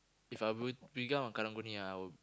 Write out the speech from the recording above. If I would become a Karang-Guni I would